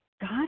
god